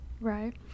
Right